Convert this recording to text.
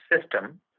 system